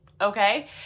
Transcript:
okay